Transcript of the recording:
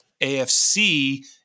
AFC